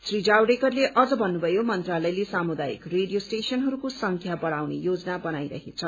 श्री जावड़ेकरले अझ भन्नुभयो मन्त्रालयले सामुदायिक रेडियो स्टेशनहरूको संख्या बढाउने योजना बनाईरहेछ